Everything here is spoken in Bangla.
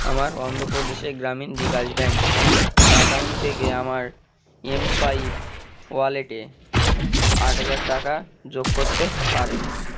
আমার অন্ধপ্রদেশে গ্রামীণ বিকাশ ব্যাঙ্ক অ্যাকাউন্ট থেকে আমার এমসোয়াইপ ওয়ালেটে আট হাজার টাকা যোগ করতেে পারেন